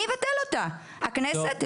הכנסת?